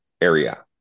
area